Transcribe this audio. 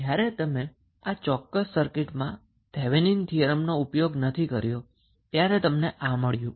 હવે જયારે તમે આ ચોક્કસ સર્કિટને સોલ્વ કરવા માટે થેવેનિન થીયરમનો ઉપયોગ નથી કર્યો ત્યારે તમને આ મળ્યું